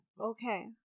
Okay